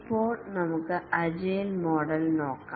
ഇപ്പോൾ നമുക്ക് അജിലെ മോഡൽ നോക്കാം